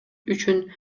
үчүн